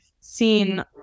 seen